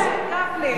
באמת, גפני.